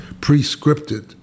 pre-scripted